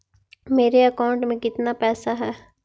मेरे अकाउंट में केतना पैसा है?